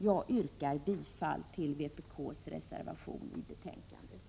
Jag yrkar bifall till vpk:s reservation i betänkandet.